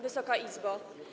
Wysoka Izbo!